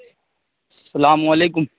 سسلام علیکم